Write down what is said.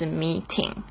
meeting